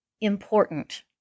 important